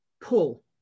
pull